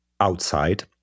outside